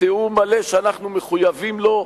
בתיאום מלא שאנחנו מחויבים לו,